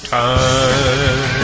time